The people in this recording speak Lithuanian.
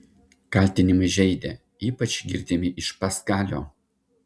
kaltinimai žeidė ypač girdimi iš paskalio